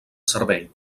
cervell